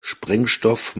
sprengstoff